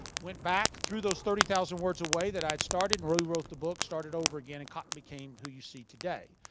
went back, threw those thirty thousand words away that i had started, and rewrote the book. started over again and cotton became who you see today.